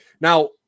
Now